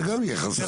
זה גם יהיה חסם.